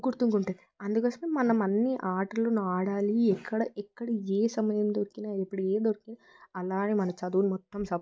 గుర్తుగుంటాయి అందుకోసమే మనం అన్ని ఆటలను ఆడాలి ఎక్కడ ఎక్కడ ఏ సమయం దొరికిన ఎప్పుడు ఏం దొరికిన అలాగే మన చదువులు మొత్తం